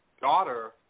daughter